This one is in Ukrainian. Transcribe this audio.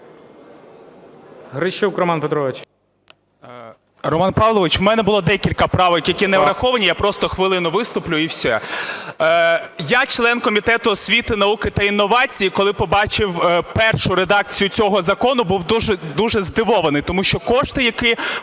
Грищук Роман Петрович.